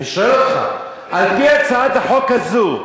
אני שואל אותך, על-פי הצעת החוק הזאת,